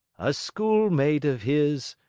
a schoolmate of his,